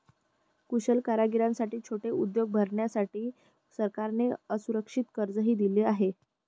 कुशल कारागिरांसाठी छोटे उद्योग उभारण्यासाठी सरकारने असुरक्षित कर्जही दिले आहे